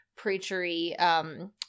preachery